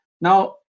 Now